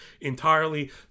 entirely